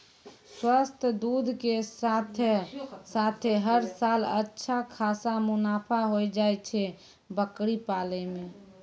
स्वस्थ दूध के साथॅ साथॅ हर साल अच्छा खासा मुनाफा होय जाय छै बकरी पालन मॅ